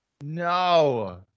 no